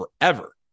forever